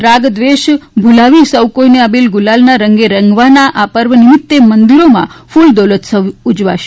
રાગ દ્વેષ ભૂમીની સૌ કોઇને આબિલ ગુલાલના રંગે રંગવાના આ પર્વ નિમિતે મંદિરોમાં કૂલદોતોત્સવ યોજાશે